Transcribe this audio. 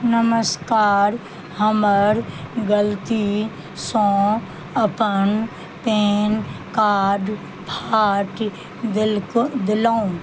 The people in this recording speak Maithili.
नमस्कार हमर गलतीसँ अपन पेन कार्ड फाट देलक देलहुँ